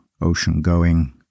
ocean-going